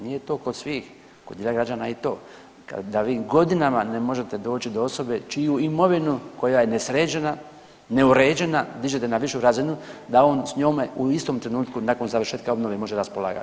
Nije to kod svih, kod građana i to da vi godinama ne možete doći do osobe čiju imovinu koja je nesređena, neuređena dižete na višu razinu da on s njome u istom trenutku nakon završetka obnove može raspolagati.